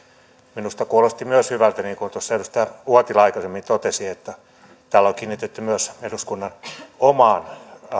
minusta kuulosti myös hyvältä niin kuin tuossa edustaja uotila aikaisemmin totesi että täällä on kiinnitetty huomiota myös eduskunnan omaan